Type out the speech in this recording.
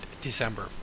December